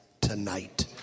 tonight